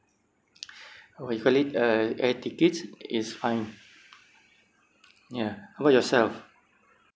what you call it uh air tickets is fine ya how about yourself